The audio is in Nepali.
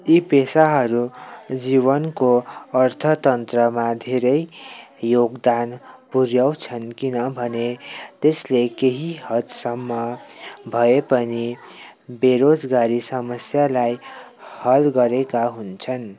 यी पेसाहरू जीवनको अर्थतन्त्रमा धेरै योगदान पुऱ्याउँछन् किनभने त्यसले केही हदसम्म भए पनि बेरोजगारी समस्यालाई हल गरेका हुन्छन्